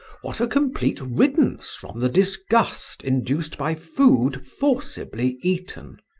what a complete riddance from the disgust induced by food forcibly eaten!